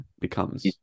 becomes